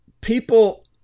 people